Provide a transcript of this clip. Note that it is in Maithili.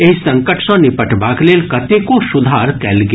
एहि संकट सँ निपटबाक लेल कतेको सुधार कयल गेल